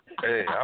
Hey